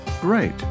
great